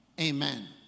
Amen